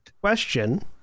Question